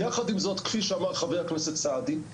יחד עם זאת, כפי שאמר חבר הכנסת סעדי,